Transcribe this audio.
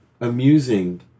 amusing